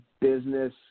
business